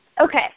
Okay